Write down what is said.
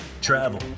travel